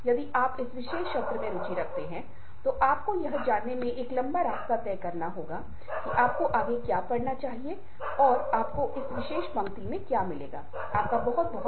अन्यथा आप अपनी भावनात्मक बुद्धि को बेहतर बनाने की कोशिश करे अगले भाग में बात करेंगे